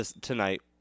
tonight